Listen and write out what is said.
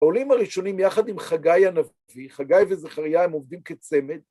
העולים הראשונים, יחד עם חגי הנביא וזכריה, הם עובדים כצמד.